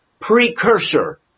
precursor